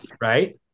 Right